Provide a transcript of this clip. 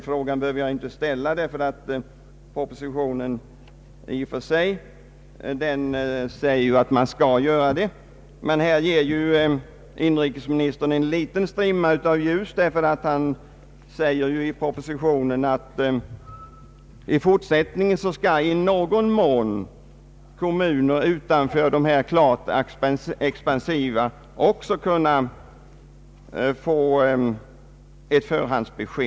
Jag behöver inte på nytt ställa frågan, eftersom det av propositionen i och för sig framgår att så skall ske. Men inrikesministern ger här en liten strimma av hopp, ty han anför i propositionen att i fortsättningen skall i någon mån kommuner utanför den klart expansiva kretsen också kunna få ett förhandsbesked.